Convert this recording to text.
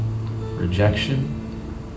rejection